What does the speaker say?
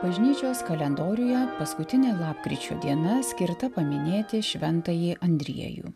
bažnyčios kalendoriuje paskutinė lapkričio diena skirta paminėti šventąjį andriejų